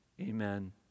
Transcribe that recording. Amen